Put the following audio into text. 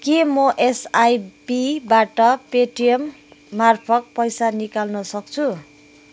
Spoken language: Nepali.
के म एसआइपीबाट पेटिएम मार्फत पैसा निकाल्न सक्छु